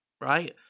right